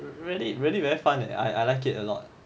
really really very fun and I I like it a lot